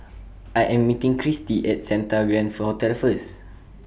I Am meeting Kirstie At Santa Grand Hotel First